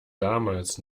damals